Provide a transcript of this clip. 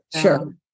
Sure